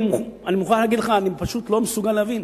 אני מוכרח להגיד לך, אני פשוט לא מסוגל להבין.